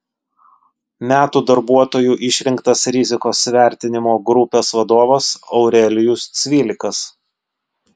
metų darbuotoju išrinktas rizikos vertinimo grupės vadovas aurelijus cvilikas